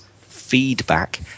feedback